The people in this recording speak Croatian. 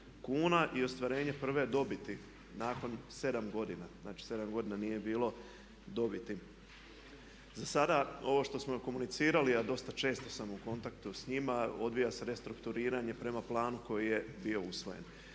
kuna i ostvarenje prve dobiti nakon 7 godina, znači 7 godina nije bilo dobiti. Za sada ovo što smo komunicirali a dosta često sam u kontaktu s njima, odvija se restrukturiranje prema planu koji je bio usvojen.